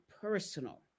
personal